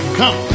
come